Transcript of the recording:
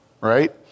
right